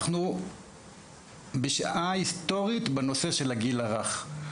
אנחנו בשעה היסטורית בנושא של הגיל הרך.